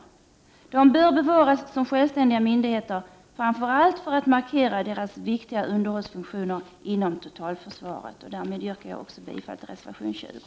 Dessa regementen bör bevaras som självständiga myndigheter, framför allt för att deras viktiga underhållsfunktioner inom totalförsvaret skall markeras. Därmed yrkar jag också bifall till reservation 20.